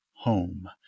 home